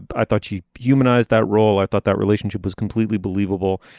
but i thought she humanized that role. i thought that relationship was completely believable.